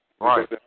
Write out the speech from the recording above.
Right